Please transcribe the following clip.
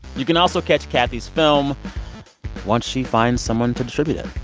you can also catch kathy's film once she finds someone to distribute it.